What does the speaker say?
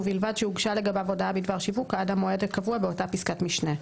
ובלבד שהוגשה לגביו הודעה בדבר שיווק עד המועד הקבוע באותה פסקת משנה.